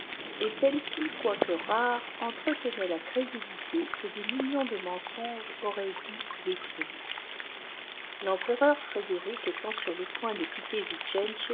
et ceues ci quoique rares entretenaient la crédulité que des millions de mensonges aljbfipt dû détruire l'gmpoiur frédéric étant sur pat de qoittçv